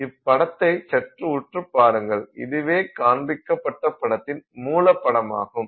இப்படத்தைச் சற்று உற்றுப்பாருங்கள் இதுவே காண்பிக்கப்பட்டப் படத்தின் மூலபடமாகும்